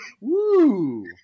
Woo